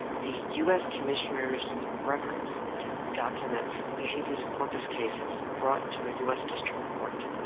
the us commissioners records document the habeas corpus cases brought to a us district court.